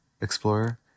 Explorer